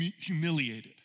humiliated